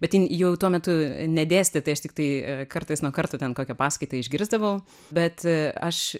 bet jin jau tuo metu nedėstė tai aš tiktai kartas nuo karto ten kokią paskaitą išgirsdavau bet aš